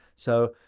so,